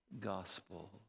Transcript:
gospel